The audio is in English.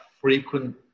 frequent